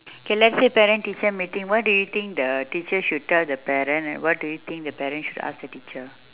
okay let's say parent teacher meeting what do you think the teacher should tell the parent and what do you think the parent should ask the teacher